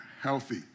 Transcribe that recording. healthy